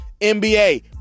NBA